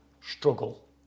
struggle